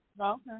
Okay